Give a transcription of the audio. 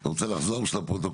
אתה רוצה לחזור בשביל הפרוטוקול?